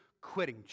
quitting